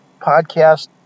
podcast